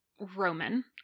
roman